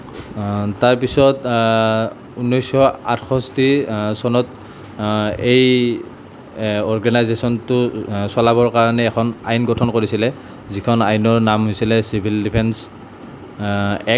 তাৰপিছত ঊনৈছশ আঠষষ্ঠি চনত এই অৰ্গেনাইজেচনটো চলাবৰ কাৰণে এখন আইন গঠন কৰিছিলে যিখন আইনৰ নাম হৈছিলে চিভিল ডিফেন্স এক্ট